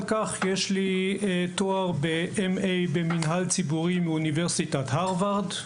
יש לי תואר M.Aבמנהל ציבורי מאוניברסיטת Harvard,